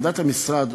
עמדת המשרד,